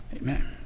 Amen